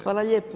Hvala lijepo.